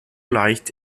leicht